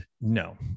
no